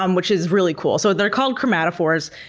um which is really cool. so they're called chromatophores,